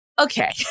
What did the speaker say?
Okay